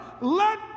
Let